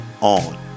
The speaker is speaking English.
on